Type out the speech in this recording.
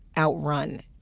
outrun.